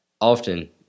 often